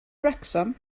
wrecsam